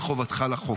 בחובתך לחוק.